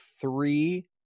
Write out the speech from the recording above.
three